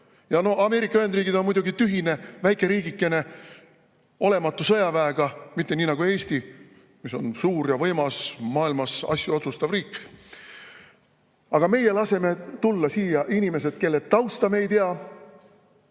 Ameerika Ühendriigid on muidugi tühine väike riigikene olematu sõjaväega, mitte nii nagu Eesti, mis on suur ja võimas, maailmas asju otsustav riik. Aga meie laseme tulla siia inimestel, kelle tausta me ei tea,